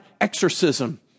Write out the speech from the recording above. exorcism